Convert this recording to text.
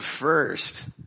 first